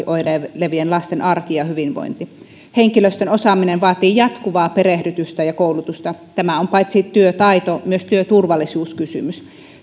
oireilevien lasten arki ja hyvinvointi henkilöstön osaaminen vaatii jatkuvaa perehdytystä ja koulutusta tämä on paitsi työtaito myös työturvallisuuskysymys